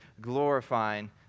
glorifying